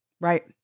Right